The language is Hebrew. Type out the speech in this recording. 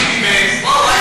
פורר,